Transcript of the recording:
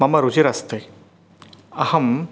मम रुचिरस्ति अहम्